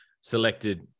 selected